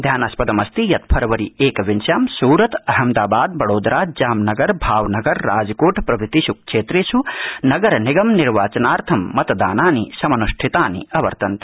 ध्यानास्पदमास्ति यत् फरवरी एकविंश्यां सूरत अहमदाबाद बडौदरा जामनगर भावनगर राजकोट प्रभृतिष् क्षम्र्थ् नगर निगम निर्वाचनार्थं मतदानानि समन्ष्ठितानि अवर्तन्त